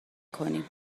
کنیم